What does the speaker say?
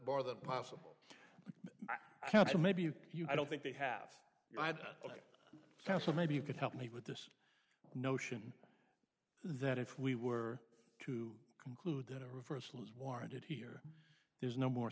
bar the possible maybe i don't think they have now so maybe you could help me with this notion that if we were to conclude that a reversal is warranted here there's no more